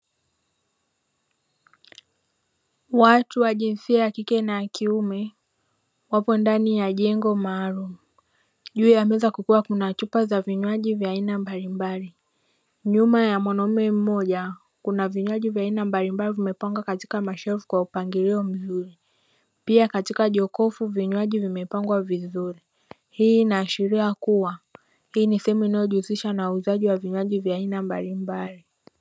Watu wa jinsia ya kike na ya kiume wapo ndani ya jengo maalumu juu ya meza kukiwa kuna chupa za vinywaji mbalimbali, nyuma ya mwanaume mmoja kuna vinywaji vya aina mbalimbali vimepangwa katika mashelfu kwa mpangilio mzuri ,pia katika jokofu vinywaji vimepangwa vizuri ,hii inaashiria kuwa hii ni sehemu inayojihusisha na uuzaji wa vinywaji vya aina mbalimbali.